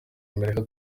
amerika